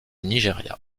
nigeria